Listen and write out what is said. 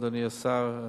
אדוני השר,